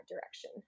direction